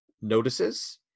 notices